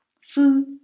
food